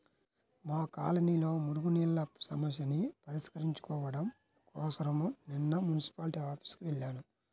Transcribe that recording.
మా కాలనీలో మురుగునీళ్ళ సమస్యని పరిష్కరించుకోడం కోసరం నిన్న మున్సిపాల్టీ ఆఫీసుకి వెళ్లాను